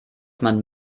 man